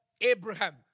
Abraham